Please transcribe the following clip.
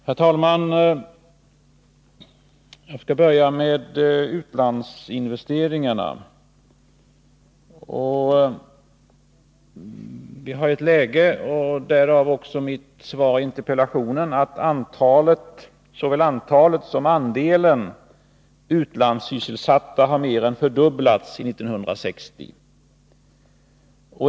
Herr talman! Jag skall börja med frågan om utlandsinvesteringarna. Vi har ett läge — och därav fick mitt interpellationssvar den utformning det fick — där såväl antalet som andelen utlandssysselsatta har mer än fördubblats sedan 1960.